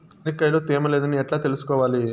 చెనక్కాయ లో తేమ లేదని ఎట్లా తెలుసుకోవాలి?